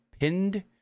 pinned